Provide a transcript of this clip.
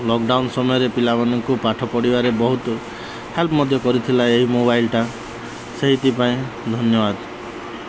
lockdown ସମୟରେ ପିଲାମାନଙ୍କୁ ପାଠ ପଢ଼ିବାରେ ବହୁତ ହେଲ୍ପ ମଧ୍ୟ କରିଥିଲା ଏହି ମୋବାଇଲ୍ଟା ସେଇଥିପାଇଁ ଧନ୍ୟବାଦ